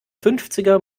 fünfziger